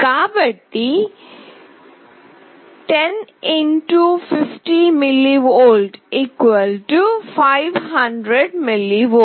కాబట్టి 10 x 50 mV 500 mV